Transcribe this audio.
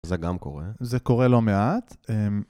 זה גם קורה. זה קורה לא מעט.